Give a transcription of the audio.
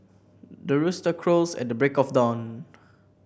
the rooster crows at the break of dawn